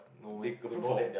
they approve for